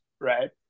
right